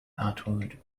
atwood